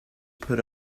put